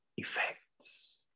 effects